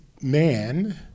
man